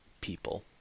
people